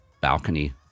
balcony